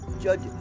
Judge